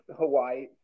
Hawaii